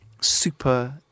super